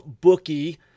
bookie